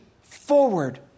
forward